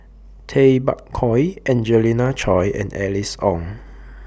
Tay Bak Koi Angelina Choy and Alice Ong